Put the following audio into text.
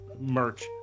merch